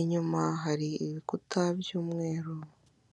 inyuma hari ibikuta by'umweru.